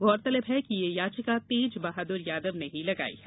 गौरतलब है कि यह याचिका तेज बहादुर यादव ने ही लगाई है